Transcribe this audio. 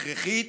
הכרחית,